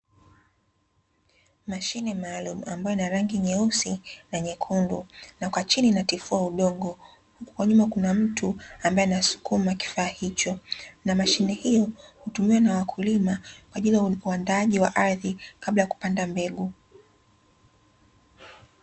Mashine maalumu ambayo ina rangi nyeusi na nyekundu, na kwa chini inatifua udongo. Kwa nyuma kuna mtu ambaye anasukuma kifaa hicho. Na mashine hiyo, hutumiwa na wakulima kwa ajili ya uandaaji wa ardhi, kabla ya kupanda mbegu.